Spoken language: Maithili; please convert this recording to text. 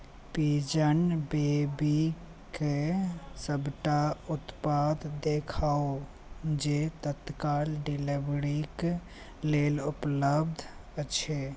पिजन बेबी कए सबटा उत्पाद देखाउ जे तत्काल डिलीवरीके लेल उपलब्ध अछि